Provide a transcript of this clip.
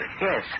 Yes